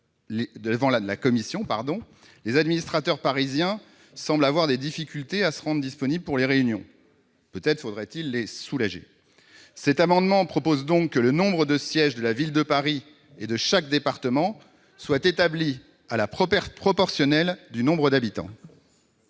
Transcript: les administrateurs parisiens semblent avoir des difficultés à se rendre disponibles pour les réunions. Peut-être faudrait-il les soulager ... Cet amendement vise donc à faire en sorte que le nombre de sièges de la Ville de Paris et de chaque département soit établi à la proportionnelle du nombre d'habitants.